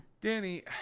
Danny